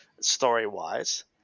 story-wise